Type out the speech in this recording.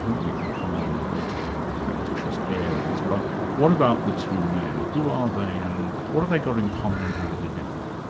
we can come on later to what a factitious air is, but what about the two men who are they, and what have they got in common and how do they differ?